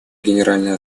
генеральная